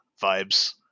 vibes